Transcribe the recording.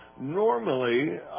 normally